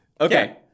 okay